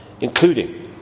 including